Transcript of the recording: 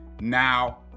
Now